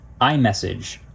iMessage